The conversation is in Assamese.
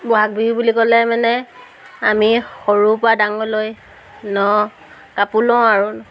বহাগ বিহু বুলি ক'লে মানে আমি সৰুৰপৰা ডাঙৰলৈ ন কাপোৰ লওঁ আৰু